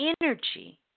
energy